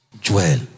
Joel